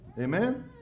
Amen